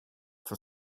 for